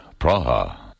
Praha